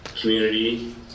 community